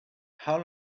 how